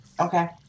Okay